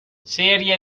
serie